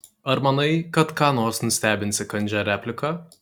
ar manai kad ką nors nustebinsi kandžia replika